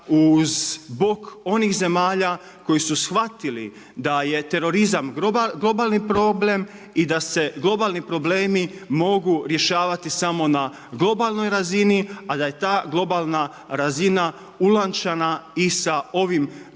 uz bok onih zemalja koji su shvatili da je terorizam globalni problem i da se globalni problemi mogu rješavati samo na globalnoj razini, a da je ta globalna razina ulančana i sa ovim preventivnim